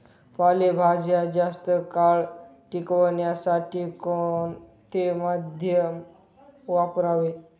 पालेभाज्या जास्त काळ टिकवण्यासाठी कोणते माध्यम वापरावे?